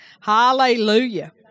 Hallelujah